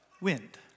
wind